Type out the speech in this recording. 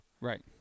Right